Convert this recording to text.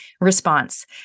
response